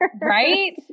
Right